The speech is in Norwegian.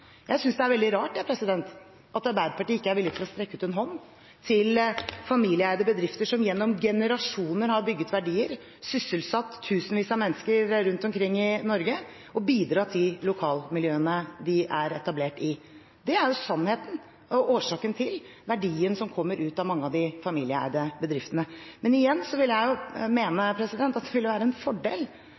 Jeg synes det er veldig rart at Arbeiderpartiet ikke er villig til å strekke ut en hånd til familieeide bedrifter som gjennom generasjoner har bygget verdier, sysselsatt tusenvis av mennesker rundt omkring i Norge og bidratt i lokalmiljøene de er etablert i. Det er sannheten og årsaken til verdien som kommer ut av mange av de familieeide bedriftene. Men igjen vil jeg mene at det ville være en fordel